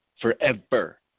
forever